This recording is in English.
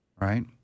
Right